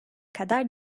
kadar